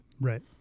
Right